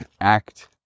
act